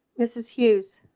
this is hughes